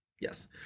Yes